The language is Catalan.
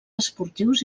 esportius